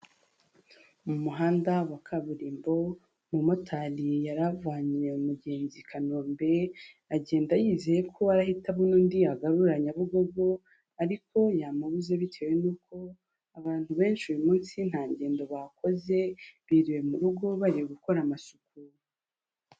Mu muhanda wa kaburimbo, umumotari yari avanye umugenzi i Kanombe, agenda yizeye ko arahita abona undi yagarura, Nyabugogo ariko yamubuze bitewe n'uko abantu benshi uyu munsi nta ngendo bakoze, biriwe mu rugo bari gukora amasuku.